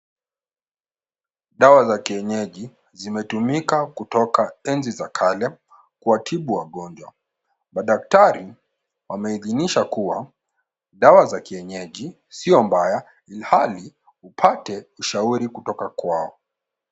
Dawa za kienyeji, zimetumika kutoka enzi za kale kuwatibu wagonjwa. Madkatari wameibinisha kuwa dawa za kienyeji sio mbaya ilhali upate ushauri kutoka kwao.